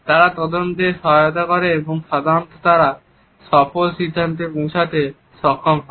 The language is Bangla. তারা তদন্তে সহায়তা করে এবং সাধারণত তারা সফল সিদ্ধান্তে পৌঁছতে সক্ষম হয়